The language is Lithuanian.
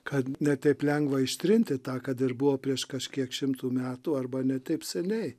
kad ne taip lengva ištrinti tą kad ir buvo prieš kažkiek šimtų metų arba ne taip seniai